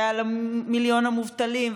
ועל מיליון המובטלים,